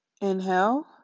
Inhale